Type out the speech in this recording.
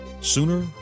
sooner